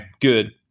good